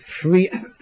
free